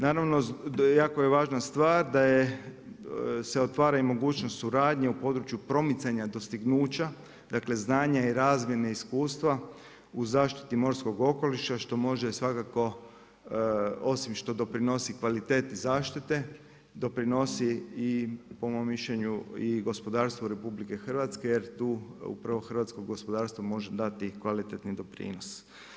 Naravno jako je važna stvar da se otvara i mogućnost suradnje u području promicanja dostignuća, dakle znanja i razmjene iskustva u zaštiti morskog okoliša što može svakako osim što doprinosi kvaliteti zaštiti doprinosi i po mom mišljenje i gospodarstvu RH jer tu upravo hrvatsko gospodarstvo može dati i kvalitetni doprinos.